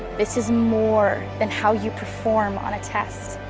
this is more than how you perform on a test.